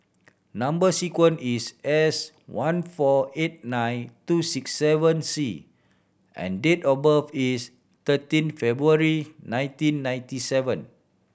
number sequence is S one four eight nine two six seven C and date of birth is thirteen February nineteen ninety seven